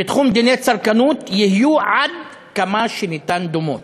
בתחום דיני צרכנות יהיו עד כמה שניתן דומות.